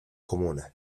comunes